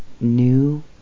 new